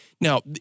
Now